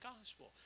gospel